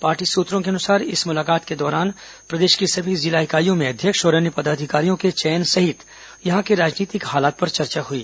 party सूत्रों के अनुसार इस मुलाकात के दौरान प्रदेश की सभी जिला इकाईयों में अध्यक्ष और अन्य पदाधिकारियों के चयन सहित यहां के राजनीतिक हालात पर चर्चा हुई